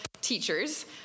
teachers